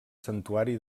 santuari